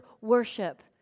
worship